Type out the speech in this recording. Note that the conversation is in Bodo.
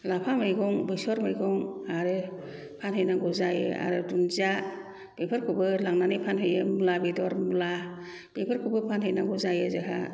लाफा मैगं बेसर मैगं आरो फानहैनांगौ जायो आरो दुन्दिया बेफोरखौबो लांनानै फानहैयो मुला बेदर मुला बेफोरखौबो फानहैनांगौ जायो जोंहा